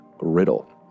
Riddle